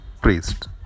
priest